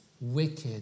wicked